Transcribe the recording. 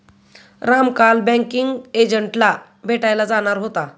राम काल बँकिंग एजंटला भेटायला जाणार होता